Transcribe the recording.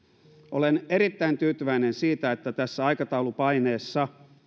olen erittäin tyytyväinen siitä että tässä aikataulupaineessa